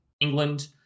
England